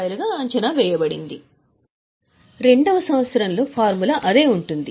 14000 గా అంచనా వేయబడింది 2 వ సంవత్సరంలో ఫార్ములా అదే ఉంటుంది